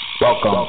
welcome